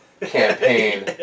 campaign